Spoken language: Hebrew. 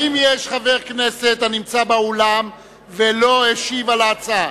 האם יש חבר כנסת שנמצא באולם ולא השיב על ההצעה?